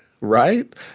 Right